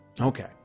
Okay